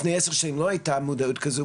לפני עשר שנים לא היתה מודעות כזו.